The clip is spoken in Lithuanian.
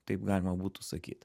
taip galima būtų sakyt